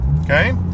okay